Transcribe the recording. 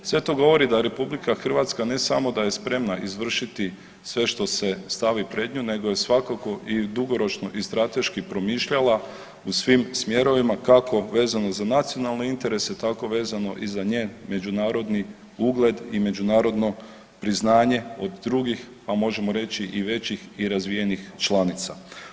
Sve to govori da RH ne samo da je spremna izvršiti sve što se stavi pred nju nego je svakako i dugoročno i strateški promišljala u svim smjerovima kako vezano uz nacionalne interese tako vezano i za njen međunarodni ugled i međunarodno priznanje od drugih pa možemo reći i većih i razvijenih članica.